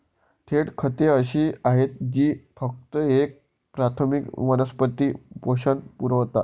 थेट खते अशी आहेत जी फक्त एक प्राथमिक वनस्पती पोषक पुरवतात